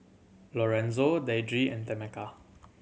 Lorenzo Deidre and Tameka